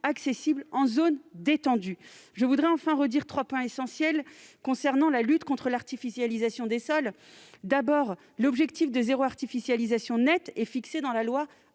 accessible en zone détendue. Restent trois points essentiels concernant la lutte contre l'artificialisation des sols. Premièrement, l'objectif « zéro artificialisation nette » est fixé dans la loi